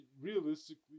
Realistically